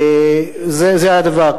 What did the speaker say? זה הדבר.